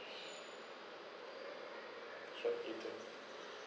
sure you too